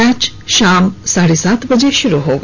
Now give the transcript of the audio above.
match शाम साढ़े सात बजे शुरू होगा